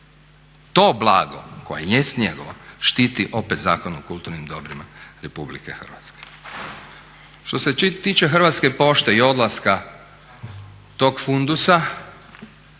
to blago koje jest njegovo štiti opet Zakon o kulturnim dobrima RH. Što se tiče Hrvatske pošte i odlaska tog fundusa